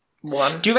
one